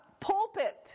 pulpit